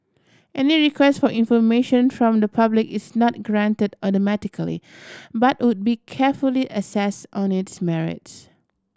any request for information from the public is not granted automatically but would be carefully assessed on its merits